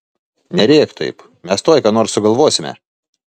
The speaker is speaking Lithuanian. nerėk taip mes tuoj ką nors sugalvosime